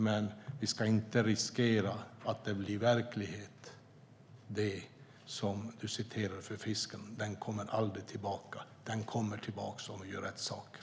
Men vi ska inte riskera att det Anders Forsberg säger om att fisken aldrig kommer tillbaka ska bli verklighet. Den kommer tillbaka om vi gör rätt saker.